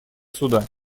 суда